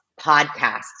podcasts